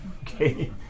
Okay